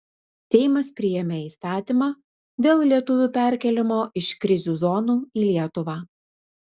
seimas priėmė įstatymą dėl lietuvių perkėlimo iš krizių zonų į lietuvą